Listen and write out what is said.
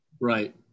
Right